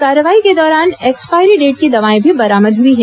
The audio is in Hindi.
कार्रवाई के दौरान एक्सपायरी डेट की दवाएं भी बरामद हुई हैं